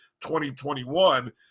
2021